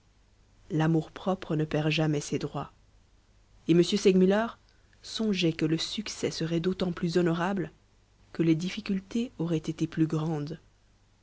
l'amour-propre ne perd jamais ses droits et m segmuller songeait que le succès serait d'autant plus honorable que les difficultés auraient été plus grandes